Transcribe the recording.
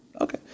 Okay